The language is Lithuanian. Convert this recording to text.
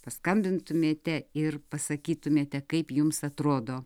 paskambintumėte ir pasakytumėte kaip jums atrodo